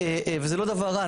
וזה לא דבר רע,